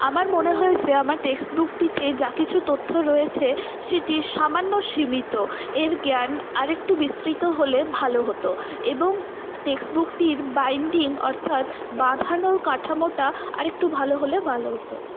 আমার মনে হয়েছে আমার টেক্সট বুকটিতে যা কিছু তথ্য রয়েছে সেটি সামান্য সীমিত এর জ্ঞান আর একটু বিস্তৃত হয়ে ভালো হতো এবং টেক্সট বুকটির বাইন্ডিং অর্থাৎ বাঁধানোর কাঠামোটা আর একটু ভালো হলে ভালো হতো